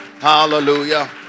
hallelujah